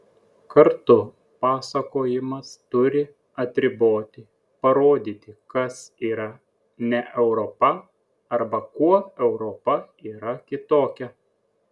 kartu pasakojimas turi atriboti parodyti kas yra ne europa arba kuo europa yra kitokia